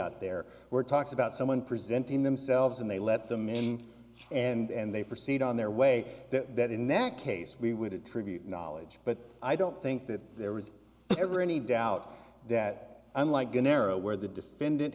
out there were talks about someone presenting themselves and they let the main and they proceed on their way that in that case we would attribute knowledge but i don't think that there was ever any doubt that unlike an era where the defendant